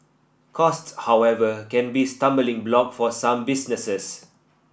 cost however can be stumbling block for some businesses